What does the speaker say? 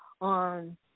on